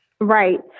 Right